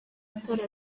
itara